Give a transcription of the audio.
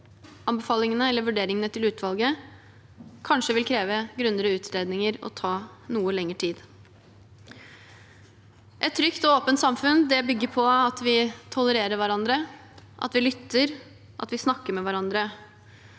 anbefalingene eller vurderingene til utvalget kanskje vil kreve grundigere utredninger og ta noe lengre tid. Et trygt og åpent samfunn bygger på at vi tolererer hverandre, at vi lytter, at vi snakker med hverandre,